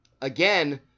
again